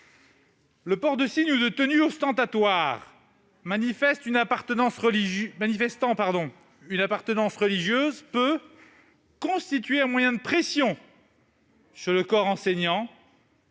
Le port de signes ou de tenues ostentatoires manifestant une appartenance religieuse peut constituer un moyen de pression sur le corps enseignant